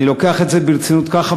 אני לוקח את זה ברצינות ככה,